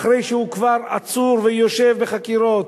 אחרי שהוא כבר עצור ויושב בחקירות,